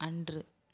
அன்று